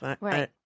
Right